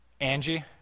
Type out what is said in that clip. Angie